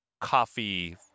coffee